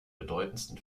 bedeutendsten